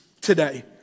today